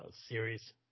series